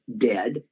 dead